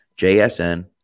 JSN